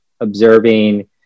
observing